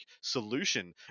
solution